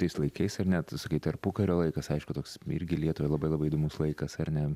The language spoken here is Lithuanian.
tais laikais ar ne tu sakai tarpukario laikas aišku toks irgi lietuvai labai labai įdomus laikas ar ne